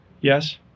Yes